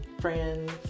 friends